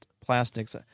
plastics